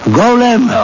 golem